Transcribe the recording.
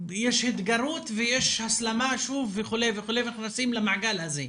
התגרות ויש הסלמה שוב וכו' וכו' ונכנסים למעגל הזה.